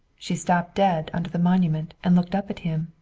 she stopped dead, under the monument, and looked up at him.